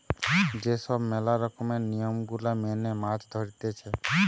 যে সব ম্যালা রকমের নিয়ম গুলা মেনে মাছ ধরতিছে